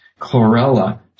chlorella